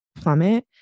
plummet